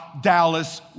Dallas